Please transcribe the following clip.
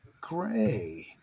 Gray